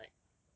but then like